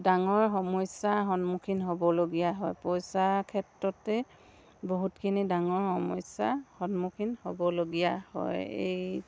ডাঙৰ সমস্যাৰ সন্মুখীন হ'বলগীয়া হয় পইচাৰ ক্ষেত্ৰতে বহুতখিনি ডাঙৰ সমস্যা সন্মুখীন হ'বলগীয়া হয় এই